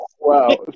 Wow